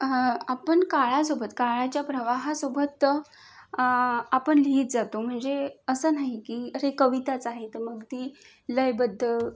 आपण काळासोबत काळाच्या प्रवाहासोबत आपण लिहित जातो म्हणजे असं नाही की अरे कविताच आहे तर मग ती लयबद्ध